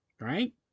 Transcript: Right